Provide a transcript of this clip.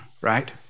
right